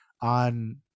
on